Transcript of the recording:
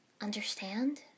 Understand